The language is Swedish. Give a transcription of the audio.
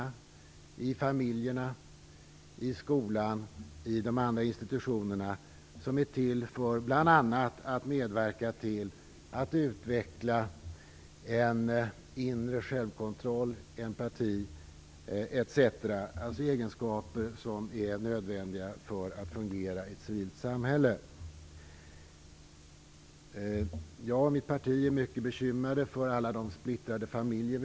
Det gäller i familjerna, i skolan och på andra institutioner som är till för att medverka till att utveckla inre självkontroll, empati etc. Det gäller således egenskaper som är nödvändiga för att människor skall fungera i ett civilt samhälle. Jag och mitt parti är mycket bekymrade över alla splittrade familjer.